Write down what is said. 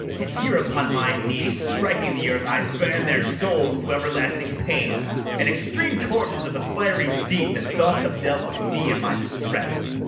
and here upon my knees, striking the earth, i ban their souls to everlasting pains, and extreme tortures of the fiery deep, that thus have dealt with me in my distress!